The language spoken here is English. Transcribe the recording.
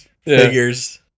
Figures